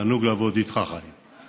תענוג לעבוד איתך, חיים.